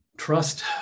trust